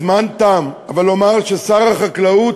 לומר שלשר החקלאות,